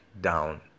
down